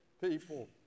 people